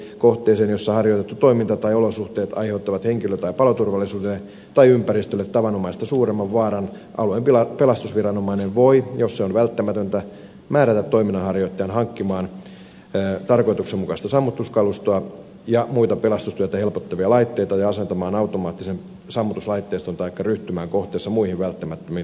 kohteeseen jossa harjoitettu toiminta tai olosuhteet aiheuttavat henkilö tai paloturvallisuudelle tai ympäristölle tavanomaista suuremman vaaran alueen pelastusviranomainen voi jos se on välttämätöntä määrätä toiminnanharjoittajan hankkimaan tarkoituksenmukaista sammutuskalustoa ja muita pelastustyötä helpottavia laitteita tai asentamaan automaattisen sammutuslaitteiston taikka ryhtymään kohteessa muihin välttämättömiin toimenpiteisiin